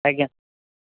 ଆଜ୍ଞା